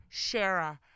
Shara